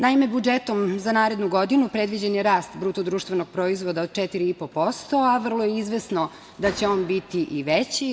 Naime, budžetom za narednu godinu predviđen je rast BDP-a od 4,5%, a vrlo je izvesno da će on biti i veći.